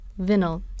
vinyl